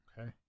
Okay